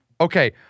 okay